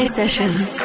sessions